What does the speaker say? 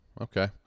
okay